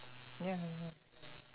ya ya